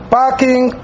parking